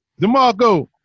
DeMarco